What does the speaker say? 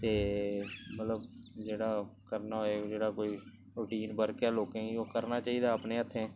ते मतलब जेह्ड़ा करना होऐ जेह्ड़ा कोई रुटीन वर्क ऐ ओह् लोकें गी ओह् करना चाहिदा अपने हत्थें